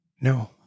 No